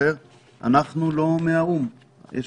B